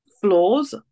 flaws